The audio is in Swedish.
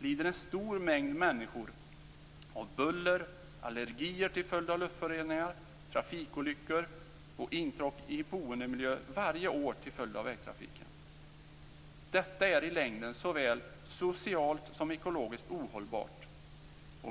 lider en stor mängd människor av buller, allergier till följd av luftföroreningar, trafikolyckor och intrång i boendemiljö varje år till följd av vägtrafiken. Detta är i längden såväl socialt som ekologiskt ohållbart.